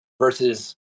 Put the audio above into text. versus